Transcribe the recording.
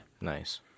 Nice